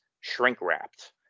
shrink-wrapped